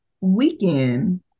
weekend